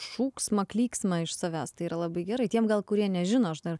šūksmą klyksmą iš savęs tai yra labai gerai tiem gal kurie nežino aš dar